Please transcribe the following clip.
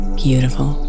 beautiful